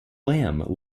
lamb